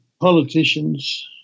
politicians